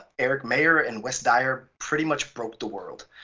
erik meijer and wes dyer pretty much broke the world.